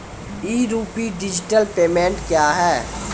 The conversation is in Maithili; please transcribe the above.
ई रूपी डिजिटल पेमेंट क्या हैं?